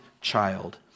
child